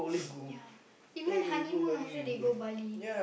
yeah if you want honeymoon also they go Bali